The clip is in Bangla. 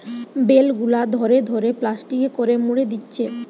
বেল গুলা ধরে ধরে প্লাস্টিকে করে মুড়ে দিচ্ছে